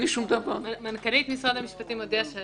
מנכ"לית משרד המשפטים הודיעה